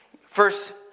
First